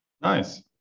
Nice